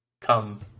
come